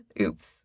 oops